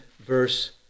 verse